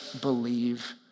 believe